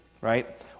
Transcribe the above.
right